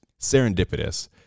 serendipitous